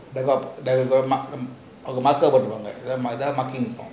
they will mark lah marker போட்டுருவாங்க உதவுது:poturuvanga ethavuthu marking இருக்கும்:irukum